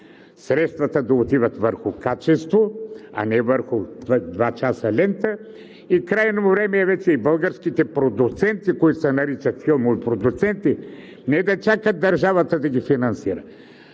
средствата да отиват върху качеството, а не върху два часа лента. Крайно време е вече и българските продуценти, които се наричат филмови продуценти, не да чакат държавата да ги финансира,